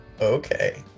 Okay